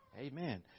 Amen